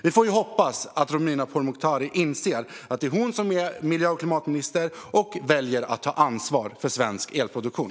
Vi får hoppas att Romina Pourmokhtari inser att det är hon som är miljö och klimatminister och väljer att ta ansvar för svensk elproduktion.